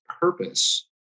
purpose